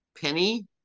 Penny